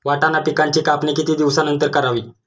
वाटाणा पिकांची कापणी किती दिवसानंतर करावी?